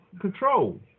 control